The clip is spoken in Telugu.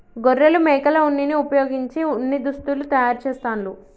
గొర్రెలు మేకల ఉన్నిని వుపయోగించి ఉన్ని దుస్తులు తయారు చేస్తాండ్లు